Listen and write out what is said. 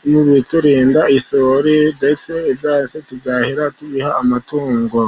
bimwe biturinda isuri, ndetse ibyatsi turabyahira tukabiha amatungo.